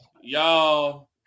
y'all